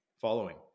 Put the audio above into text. following